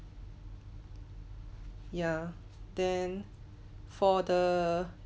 ya then for the